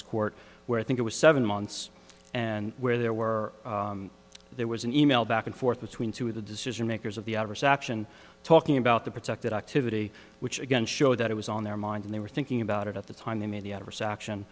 court where i think it was seven months and where there were there was an email back and forth between two of the decision makers of the adverse action talking about the protected activity which again showed that it was on their mind and they were thinking about it at the time they made the adverse action